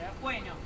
Bueno